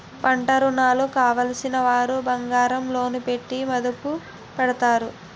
పంటరుణాలు కావలసినవారు బంగారం లోను పెట్టి మదుపు పెడతారు